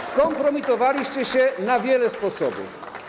Skompromitowaliście się na wiele sposobów.